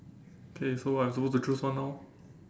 okay so what I'm suppose to choose one now